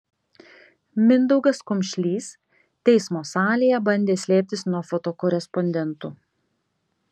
mindaugas kumšlys teismo salėje bandė slėptis nuo fotokorespondentų